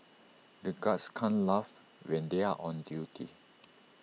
the guards can't laugh when they are on duty